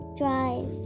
drive